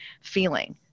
feeling